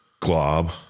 glob